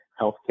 healthcare